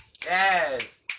Yes